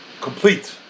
complete